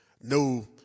No